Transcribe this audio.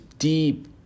deep